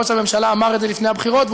ראש הממשלה אמר את זה לפני הבחירות,